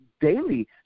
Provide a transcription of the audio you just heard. daily